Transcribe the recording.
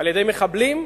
על-ידי מחבלים,